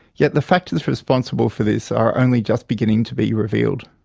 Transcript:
yet the factors responsible for this are only just beginning to be revealed.